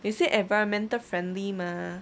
they say environmental friendly mah